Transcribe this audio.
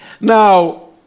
Now